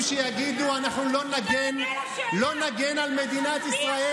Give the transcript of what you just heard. את מעודדת אנשים שיגידו: אנחנו לא נגן על מדינת ישראל?